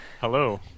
Hello